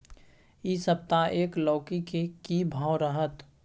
इ सप्ताह एक लौकी के की भाव रहत?